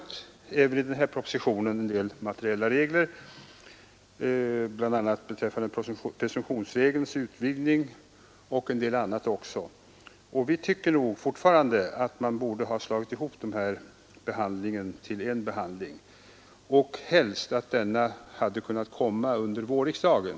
Nu behandlar den här propositionen en del materiella regler, bl.a. beträffande presumtionsregelns utvidgning och en del annat också. Vi tycker nog fortfarande att man borde ha slagit ihop ärendena till en behandling och vi hade helst sett att denna hade kunnat komma under vårriksdagen.